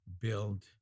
build